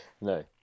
No